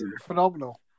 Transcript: phenomenal